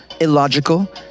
illogical